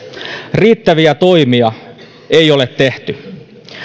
riittäviä toimia ei ole tehty